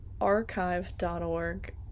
archive.org